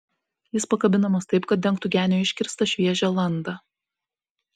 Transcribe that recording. jis pakabinamas taip kad dengtų genio iškirstą šviežią landą